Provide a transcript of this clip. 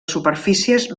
superfícies